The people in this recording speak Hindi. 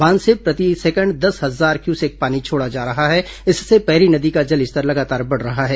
बांध से प्रति सेकेंड दस हजार क्यूसेक पानी छोड़ा जा रहा है इससे पैरी नदी का जलस्तर लगातार बढ़ रहा है